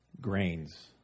grains